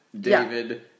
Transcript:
David